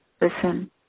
Listen